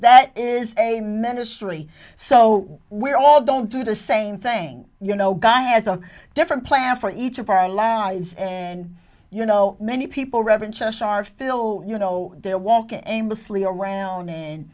that is a ministry so we're all don't do the same thing you know guy has a different plan for each of our lives and you know many people reverence us our fill you know they're walking aimlessly around